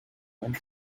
onto